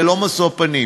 ללא משוא פנים.